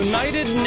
United